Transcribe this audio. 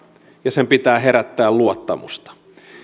ja sen pitää herättää luottamusta